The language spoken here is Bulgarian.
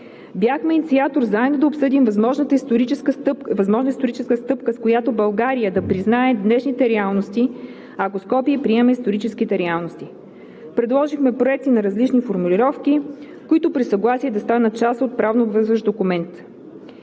Бяхме инициатор заедно да обсъдим възможна историческа стъпка, с която България да признае днешните реалности, ако Скопие приеме историческите реалности. Предложихме проекти на различни формулировки, които при съгласие, да станат част от правнообвързващ документ.